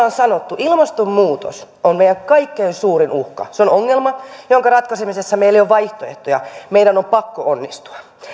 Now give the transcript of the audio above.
on sanottu ilmastonmuutos on meidän kaikkein suurin uhka se on ongelma jonka ratkaisemisessa meillä ei ole vaihtoehtoja meidän on pakko onnistua